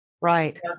Right